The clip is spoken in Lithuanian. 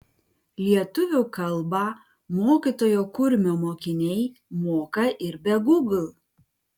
lietuvių kalbą mokytojo kurmio mokiniai moka ir be gūgl